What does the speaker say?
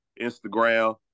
Instagram